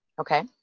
okay